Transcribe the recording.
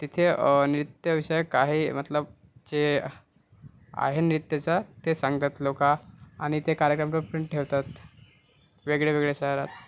तिथे नृत्य विषयक काही मतलब जे आहे नृत्याचा ते सांगतात लोक आणि ते कार्यक्रम ठेवतात वेगळे वेगळे शहरात